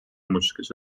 მუსიკის